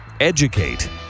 Educate